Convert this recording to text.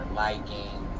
liking